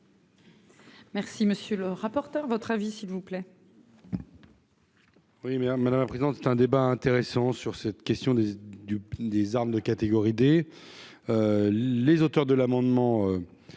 Merci, monsieur le rapporteur, votre avis s'il vous plaît.